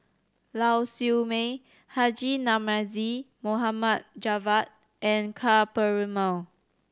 Lau Siew Mei Haji Namazie Mohd Javad and Ka Perumal